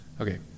Okay